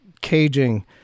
caging